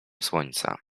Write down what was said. słońca